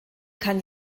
kann